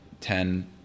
ten